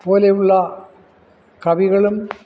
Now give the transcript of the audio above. പോലെയുള്ള കവികളും